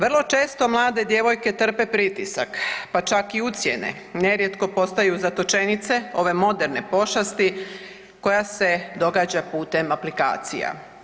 Vrlo često mlade djevojke trpe pritisak, pa čak i ucjene, nerijetko postaju zatočenice ove moderne pošasti koja se događa putem aplikacija.